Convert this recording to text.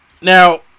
Now